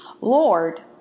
Lord